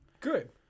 good